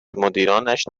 مدیرانش